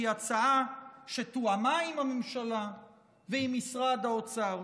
שהיא הצעה שתואמה עם הממשלה ועם משרד האוצר,